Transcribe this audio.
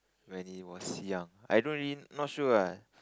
when he was young I don't really not sure ah